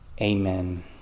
Amen